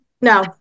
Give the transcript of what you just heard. no